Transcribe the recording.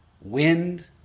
wind—